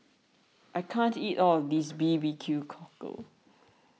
I can't eat all of this Barbecue Cockle